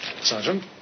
Sergeant